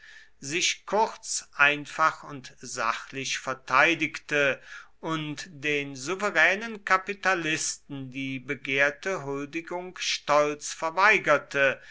sich kurz einfach und sachlich verteidigte und den souveränen kapitalisten die begehrte huldigung stolz verweigerte